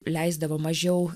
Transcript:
leisdavo mažiau